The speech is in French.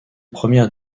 première